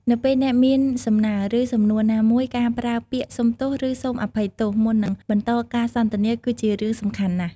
នៅពេលអ្នកមានសំណើ ឬសំណួរណាមួយ ការប្រើពាក្យ " សុំទោស" ឬ " សូមអភ័យ" មុននឹងបន្តការសន្ទនាគឺជារឿងសំខាន់ណាស់។